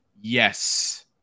yes